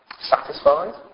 Satisfied